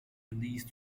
release